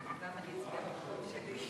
גם אני אצביע, מהמקום שלי.